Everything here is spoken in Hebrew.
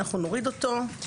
נוריד אותו.